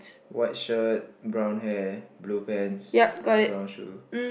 white shirt brown hair blue pants brown shoe